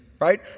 right